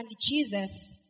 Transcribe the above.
Jesus